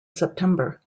september